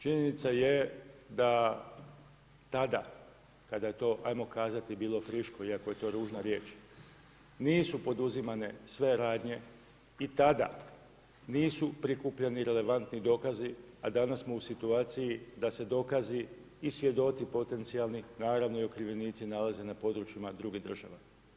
Činjenica je da tada kada je to, ajmo kazati, bilo friško, iako je to ružna riječ, nisu poduzimane sve radnje i tada nisu prikupljeni relevantni dokazi, a danas smo u situaciji da se dokazi i svjedoci potencijalni, naravno i okrivljenici nalaze na područjima drugih država.